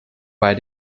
bei